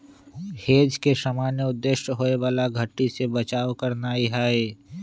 hedge के सामान्य उद्देश्य होयबला घट्टी से बचाव करनाइ हइ